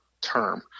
term